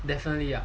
definitely